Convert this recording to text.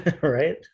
right